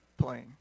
playing